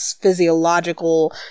physiological